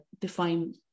define